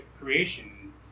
creation